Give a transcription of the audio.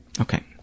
Okay